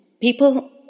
people